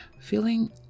feeling